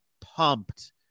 pumped